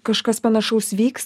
kažkas panašaus vyks